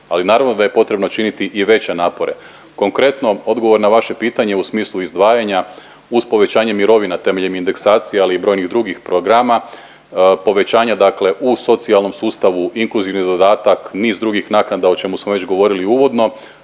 ali naravno da je potrebno činiti i veće napore. Konkretno, odgovor na vaše pitanje u smislu izdvajanja uz povećanje mirovina temeljem indeksacije, ali i brojnih drugih programa povećanja u socijalnom sustavu, inkluzivni dodatak, niz drugih naknada o čemu smo već govorili uvodno,